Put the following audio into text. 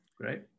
great